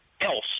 else